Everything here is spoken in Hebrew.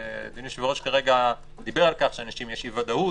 ואדוני היושב-ראש דיבר על כך שלאנשים יש אי ודאות,